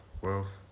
wealth